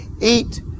eat